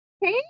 Hey